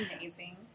amazing